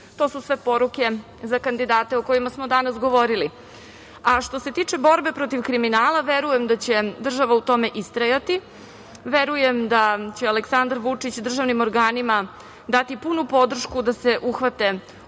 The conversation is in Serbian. To su sve poruke za kandidate o kojima smo danas govorili. Što se tiče borbe protiv kriminala, verujem da će država u tome istrajati. Verujem da će Aleksandar Vučić državnim organima dati punu podršku da se uhvate u